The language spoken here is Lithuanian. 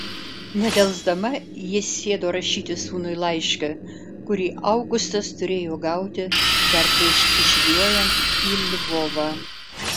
nedelsdama ji sėdo rašyti sūnui laišką kurį augustas turėjo gauti dar prieš įžygiuojant į lvovą